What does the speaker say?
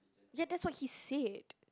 ya that's what he said